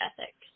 ethics